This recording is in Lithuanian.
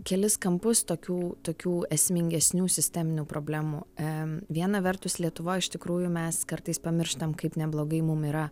kelis kampus tokių tokių esmingesnių sisteminių problemų em viena vertus lietuvoj iš tikrųjų mes kartais pamirštam kaip neblogai mum yra